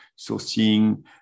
sourcing